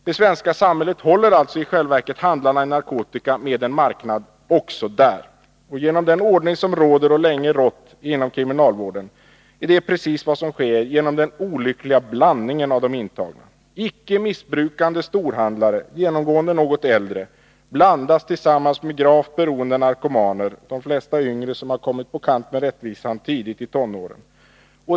Det svenska samhället håller alltså i själva verket handlarna i narkotika med en marknad också på våra fängelser. På grund av den ordning som råder och länge rått inom kriminalvården är det precis vad som sker genom den olyckliga blandningen av de intagna. Icke missbrukande storhandlare, genomgående något äldre, blandas tillsammans med gravt beroende narkomaner, de flesta yngre som kommit på kant med rättvisan tidigt i tonåren.